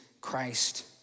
Christ